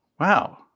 wow